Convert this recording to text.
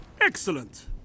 Excellent